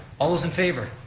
all those in favor?